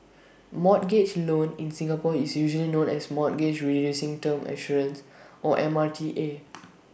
mortgage loan in Singapore is usually known as mortgage reducing term assurance or M R T A